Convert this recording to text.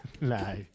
No